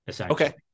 Okay